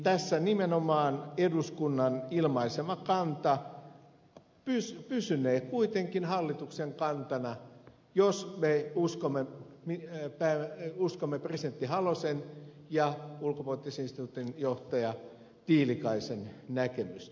tässä nimenomaan eduskunnan ilmaisema kanta pysynee kuitenkin hallituksen kantana jos me uskomme niin että hän ei usko presidentti halosen ja ulkopoliittisen instituutin johtaja tiilikaisen näkemystä